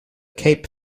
cape